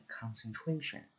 concentration